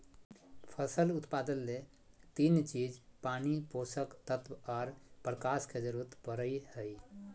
फसल उत्पादन ले तीन चीज पानी, पोषक तत्व आर प्रकाश के जरूरत पड़ई हई